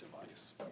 device